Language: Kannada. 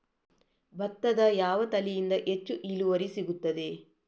ಭತ್ತದ ಯಾವ ತಳಿಯಿಂದ ಹೆಚ್ಚು ಇಳುವರಿ ಸಿಗುತ್ತದೆ?